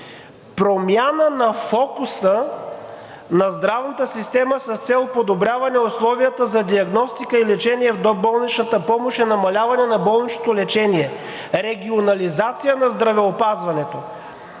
Промяна на фокуса на здравната система с цел подобряване условията за диагностика и лечение в доболничната помощ и намаляване на болничното лечение. Регионализация на здравеопазването.